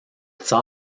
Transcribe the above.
tsar